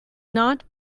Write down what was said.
not